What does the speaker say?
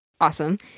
awesome